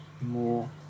more